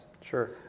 Sure